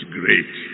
great